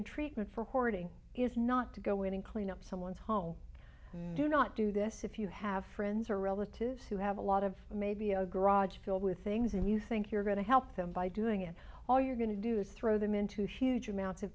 and treatment for hoarding is not to go in and clean up someone's home and to not do this if you have friends or relatives who have a lot of maybe a garage filled with things and you think you're going to help them by doing it all you're going to do is throw them into huge amounts of